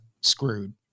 screwed